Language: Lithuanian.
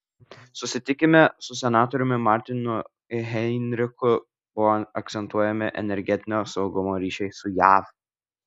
susitikime su senatoriumi martinu heinrichu buvo akcentuojami energetinio saugumo ryšiai su jav